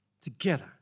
together